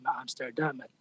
Amsterdam